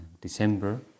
December